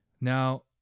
Now